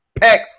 pack